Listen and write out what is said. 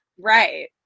right